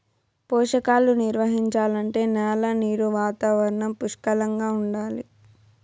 పోషకాలు నిర్వహించాలంటే న్యాల నీరు వాతావరణం పుష్కలంగా ఉండాలి